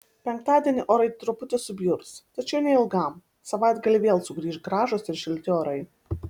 penktadienį orai truputį subjurs tačiau neilgam savaitgalį vėl sugrįš gražūs ir šilti orai